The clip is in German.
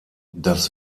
das